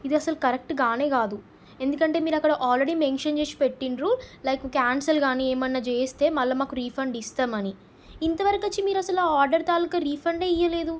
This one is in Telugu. ఇది అసలు కరెక్ట్ కానే కాదు ఎందుకంటే మీరు అక్కడ ఆల్రెడీ మెన్షన్ చేసి పెట్టిండ్రు లైక్ క్యాన్సల్ కానీ ఏమన్నా చేస్తే మళ్ళీ మాకు రిఫండ్ ఇస్తామని ఇంతవరకు వచ్చి మీరు అసల ఆర్డర్ తాలూకా రీఫండే ఇవ్వలేదు